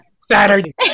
Saturday